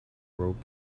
robe